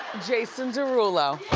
jason derulo.